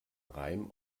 reim